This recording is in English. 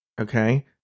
okay